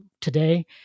today